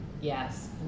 Yes